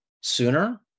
sooner